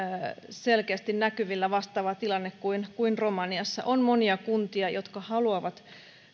selkeästi näkyvillä vastaava tilanne kuin romaniassa on monia kuntia jotka haluavat